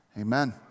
amen